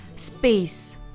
Space